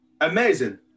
Amazing